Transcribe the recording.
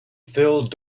filled